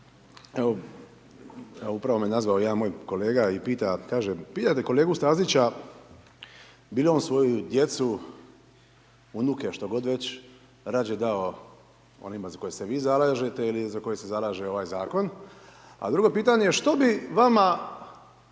upravo me nazvao jedan moj kolega i pita, kaže pitajte kolegu Stazića, bi li on svoju djecu, unuke, što god već radije dao onima za koje se vi zalažete ili za koje se zalaže ovaj zakon. A drugo pitanje što bi vama